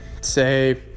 Say